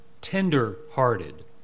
tender-hearted